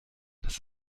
das